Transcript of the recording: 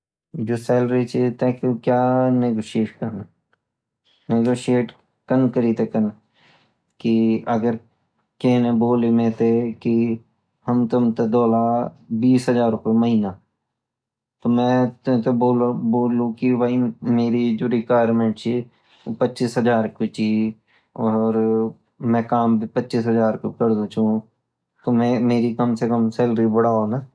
जो सैलरी ची तेको क्या निगोशिएट कर्ण निगोशिएट कन करीते करन किअगर केन बोलियु मेते की हम तुम ते दियोला बीस हज़ार रुपया महीना तो मे तेते बोल्लु की भाई मरीजों रेक्विरमेंटची वो पचीस हज़ार कूची और मे काम भी पच्चीस हज़ार का करदुछू तो मेरी कम सै कम सैलरी बढ़ाओ